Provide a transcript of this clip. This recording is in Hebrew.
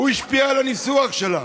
הוא השפיע על הניסוח שלה.